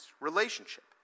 relationship